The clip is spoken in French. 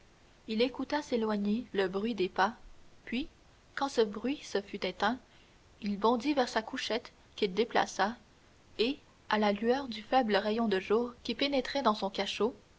il écouta s'éloigner le bruit des pas puis quand ce bruit se fut éteint il bondit vers sa couchette qu'il déplaça et à la lueur du faible rayon de jour qui pénétrait dans son cachot